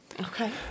Okay